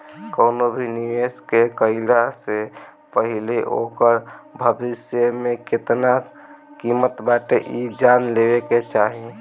कवनो भी निवेश के कईला से पहिले ओकर भविष्य में केतना किमत बाटे इ जान लेवे के चाही